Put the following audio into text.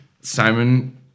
Simon